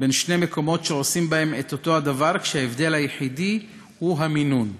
בין שני מקומות שעושים בהם אותו הדבר כשההבדל היחידי הוא המינון.